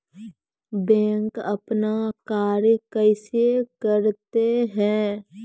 Bank अपन कार्य कैसे करते है?